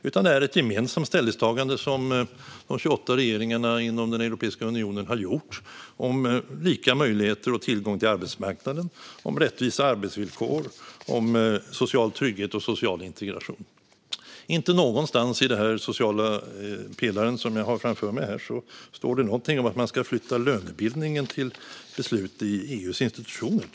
Det är ett gemensamt ställningstagande som de 28 regeringarna inom Europeiska union har gjort om lika möjligheter och tillgång till arbetsmarknaden, rättvisa arbetsvillkor, social trygghet och social integration. Inte någonstans i texten om den sociala pelaren, som jag har framför mig, står det någonting om att man ska flytta beslut om lönebildningen till EU:s institutioner.